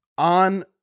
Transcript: On